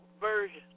version